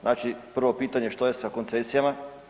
Znači prvo pitanje što je sa koncesijama?